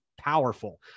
powerful